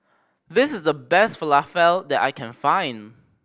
this is the best Falafel that I can find